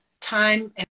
time